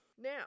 Now